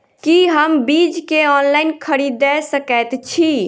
की हम बीज केँ ऑनलाइन खरीदै सकैत छी?